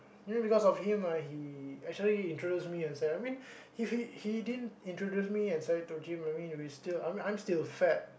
you know because of him ah he actually introduced and Zaid I mean he he didn't introduce me and Zaid to gym I mean we still I mean I'm still fat